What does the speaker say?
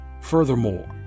Furthermore